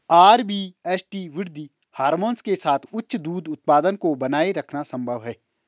RBST वृद्धि hormone के साथ उच्च दूध उत्पादन को बनाए रखना संभव है